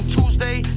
Tuesday